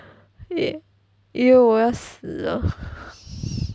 对以为我要死了